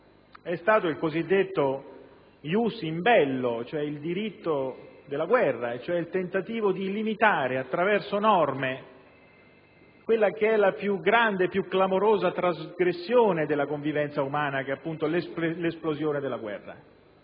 è stato il cosiddetto *ius in bello*, vale a dire il diritto della guerra e cioè il tentativo di limitare, attraverso norme, quella che è la più grande e clamorosa trasgressione della convivenza umana, che è l'esplosione della guerra.